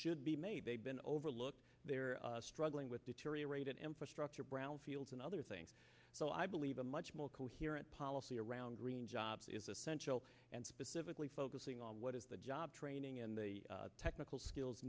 should be made they've been overlooked they're struggling with deteriorated infrastructure brownfields and other things so i believe a much more coherent policy around green jobs is essential and specifically focusing on what is the job training and the technical skills